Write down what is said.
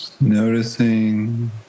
Noticing